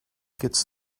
gets